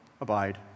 abide